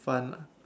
fun ah